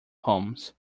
homes